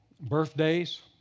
birthdays